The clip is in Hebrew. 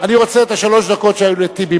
אני רוצה את שלוש הדקות שהיו לטיבי.